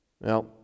Now